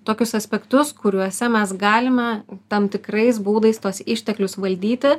tokius aspektus kuriuose mes galime tam tikrais būdais tuos išteklius valdyti